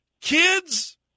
Kids